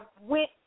went